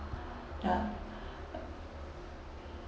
ya